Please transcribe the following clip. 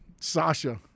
Sasha